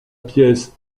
pièce